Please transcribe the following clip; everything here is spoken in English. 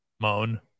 Moan